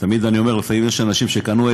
ותמיד אני אומר: לפעמים יש אנשים שקנו עט